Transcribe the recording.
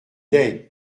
l’est